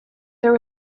there